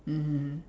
mmhmm